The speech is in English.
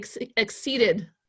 exceeded